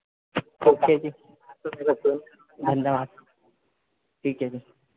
okay जी धन्यवाद ठीक है जी